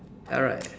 alright